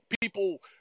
people